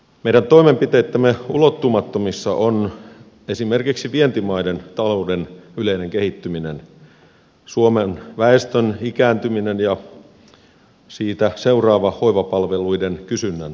meidän toimenpiteittemme ulottumattomissa on esimerkiksi vientimaiden talouden yleinen kehittyminen sekä suomen väestön ikääntyminen ja siitä seuraava hoivapalveluiden kysynnän kasvaminen